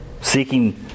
seeking